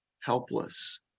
helpless